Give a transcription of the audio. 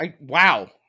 Wow